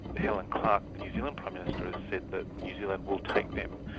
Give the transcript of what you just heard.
helen clark, the new zealand prime minister has said that new zealand will take them,